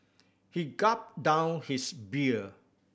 he gulped down his beer